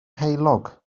heulog